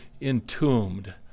entombed